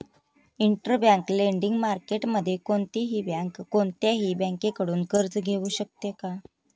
Interbank lending मार्केटमध्ये कोणतीही bank कोणत्याही बँकेकडून कर्ज घेऊ शकते का?